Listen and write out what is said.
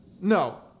No